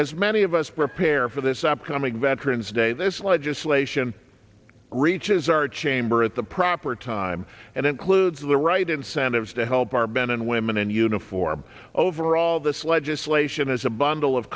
as many of us prepare for this upcoming veterans day this legislation reaches our chamber at the proper time and includes the right incentives to help our ben and women in uniform overall this legislation is a bundle of